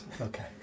Okay